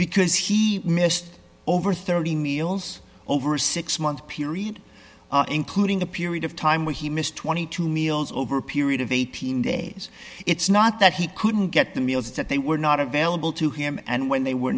because he missed over thirty meals over a six month period including a period of time where he missed twenty two dollars meals over a period of eighteen days it's not that he couldn't get the meals that they were not available to him and when they were